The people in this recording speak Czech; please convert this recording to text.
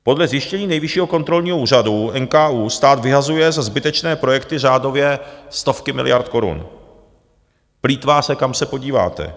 Podle zjištění Nejvyššího kontrolního úřadu, NKÚ, stát vyhazuje za zbytečné projekty řádově stovky miliard korun, plýtvá se, kam se podíváte.